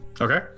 Okay